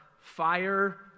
fire